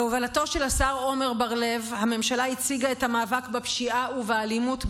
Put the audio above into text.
בהובלתו של השר עמר בר-לב הממשלה הציבה את המאבק בפשיעה ובאלימות,